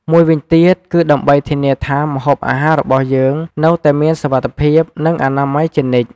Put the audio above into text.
មួយវិញទៀត គឺដើម្បីធានាថាម្ហូបអាហាររបស់យើងនៅតែមានសុវត្ថិភាព និងអនាម័យជានិច្ច។